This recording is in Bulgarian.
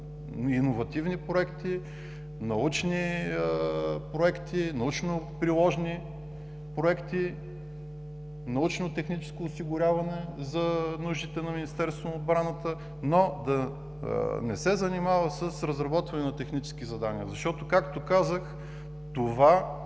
иновативни проекти, научни проекти, научно-приложни проекти, научно-техническо осигуряване за нуждите на Министерството на отбраната, но да не се занимава с разработване на технически задания, защото както казах, това е